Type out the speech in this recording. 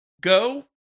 go